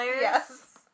Yes